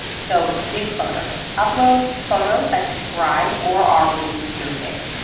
so gig photos, upload photos that describe or are related to your gig.